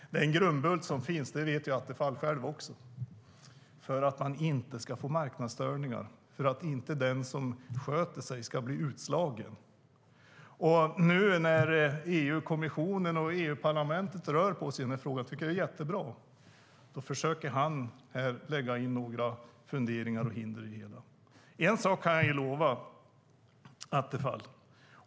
Det är en grundbult som finns - det vet Attefall också - för att man inte ska få marknadsstörningar och för att den som sköter sig inte ska bli utslagen. Nu när EU-kommissionen och EU-parlamentet rör på sig i frågan - jag tycker att det är jättebra - försöker han här lägga in några funderingar och hinder i det hela. Jag kan lova en sak, Attefall.